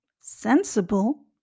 Sensible